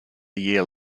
year